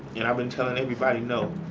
yeah been telling everybody, no.